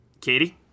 Katie